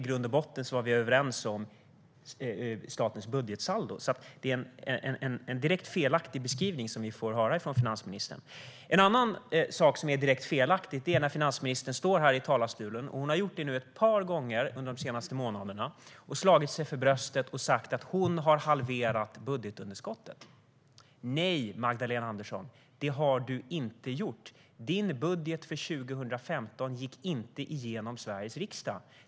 I grund och botten var vi dock överens om statens budgetsaldo. Det är alltså en direkt felaktig beskrivning vi får från finansministern. En annan sak som finansministern säger är också direkt felaktig. Hon står här i talarstolen, slår sig för bröstet och säger - och det har hon gjort ett par gånger under de senaste månaderna - att hon har halverat budgetunderskottet. Nej, Magdalena Andersson, det har du inte gjort! Din budget för 2015 gick inte igenom i Sveriges riksdag.